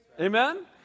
Amen